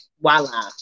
Voila